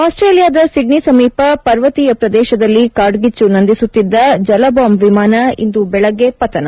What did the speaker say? ಆಸ್ಟ್ರೇಲಿಯಾದ ಸಿದ್ಡಿ ಸಮೀಪ ಪರ್ವತೀಯ ಪ್ರದೇಶದಲ್ಲಿ ಕಾಡ್ಡಿಚ್ಚು ನಂದಿಸುತ್ತಿದ್ದ ಜಲಬಾಂಬ್ ವಿಮಾನ ಇಂದು ಬೆಳಗ್ಗೆ ಪತನ